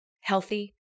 healthy